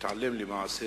מתעלם למעשה,